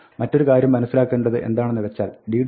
മറ്റൊരു കാര്യം മനസ്സിലാക്കേണ്ടത് എന്താണെന്ന് വെച്ചാൽ d